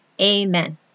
Amen